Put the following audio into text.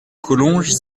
collonges